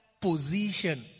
position